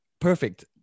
Perfect